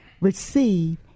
receive